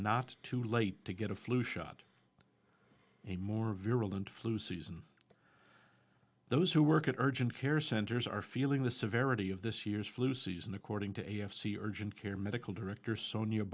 not too late to get a flu shot a more virulent flu season those who work at urgent care centers are feeling the severity of this year's flu season according to a f c urgent care medical director son